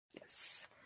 Yes